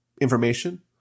information